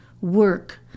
work